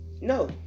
No